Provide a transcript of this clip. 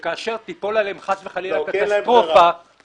שכאשר תיפול עליהם חס וחלילה קטסטרופה --- שר העבודה,